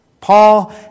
Paul